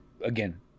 again